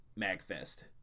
Magfest